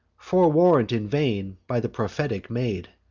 forewarn'd in vain by the prophetic maid.